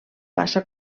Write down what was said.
passa